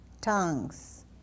tongues